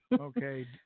Okay